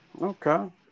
Okay